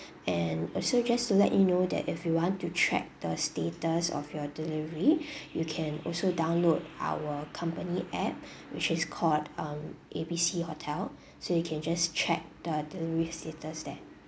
and also just to let you know that if you want to track the status of your delivery you can also download our company app which is called um A B C hotel so you can just check the delivery status there